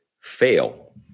fail